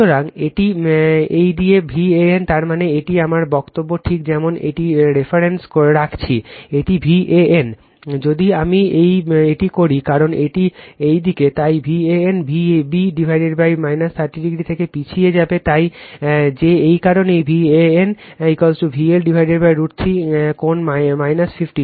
সুতরাং এটি এই দিকে Van তার মানে এটি আমার বক্তব্য ঠিক যেমন একটি রেফারেন্স রাখছি এটি Van যদি আমি এটি করি কারণ এটি এই দিক তাই Van V b 30o থেকে পিছিয়ে যাবে তাই যে এই কারণেই Van VL√ 3 কোণ 50